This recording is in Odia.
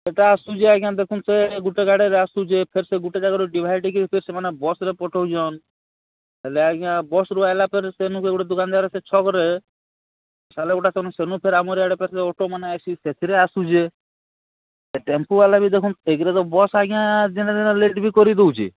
ସେଟା ଆସୁଛେ ଆଜ୍ଞା ଦେଖୁନ୍ ସେ ଗୁଟେ ଗାଡ଼ିରେ ଆସୁଛେ ଫେର୍ ସେ ଗୁଟେ ଜାଗାରୁ ଡିଭାଇଡ଼୍ ହେଇକିରି ଫେର୍ ସେମାନେ ବସ୍ରେ ପଠଉଛନ୍ ହେଲେ ଆଜ୍ଞା ବସ୍ରୁ ଆଏଲା ପରେ ସେନୁ ସେ ଗୁଟେ ଦୋକାନଦାର୍ ସେ ଛକ୍ରେ ଗୁଟେ ସେନୁ ସେନୁ ଫେର୍ ଆମର୍ ଇଆଡ଼େ ଫେର୍ ସେ ଅଟୋମାନେ ଆଏସି ସେଥିରେ ଆସୁଛେ ସେ ଟେମ୍ପୁ ବାଲେ ବି ଦେଖୁନ୍ ଏକ୍ରେ ତ ବସ୍ ଆଜ୍ଞା ଦିନେ ଦିନେ ଲେଟ୍ ବି କରିଦେଉଛେ